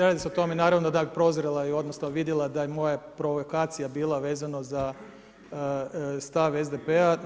Radi se o tome naravno da je prozrela i odnosno vidjela da je moja provokacija bila vezano za stav SDP-a.